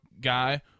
guy